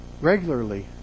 regularly